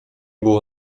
było